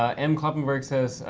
ah m kloppenberg says,